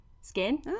Skin